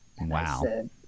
Wow